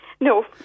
No